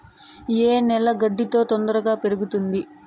ఏ నేలలో గడ్డి తొందరగా పెరుగుతుంది